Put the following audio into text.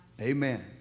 Amen